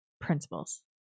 Principles